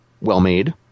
well-made